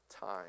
time